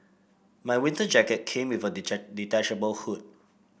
my winter jacket came with a detachable hood